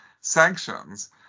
sanctions